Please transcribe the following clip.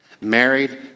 Married